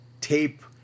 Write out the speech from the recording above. tape